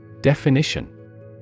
Definition